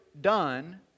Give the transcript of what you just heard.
done